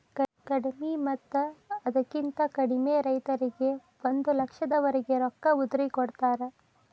ಕಡಿಮಿ ಮತ್ತ ಅದಕ್ಕಿಂತ ಕಡಿಮೆ ರೈತರಿಗೆ ಒಂದ ಲಕ್ಷದವರೆಗೆ ರೊಕ್ಕ ಉದ್ರಿ ಕೊಡತಾರ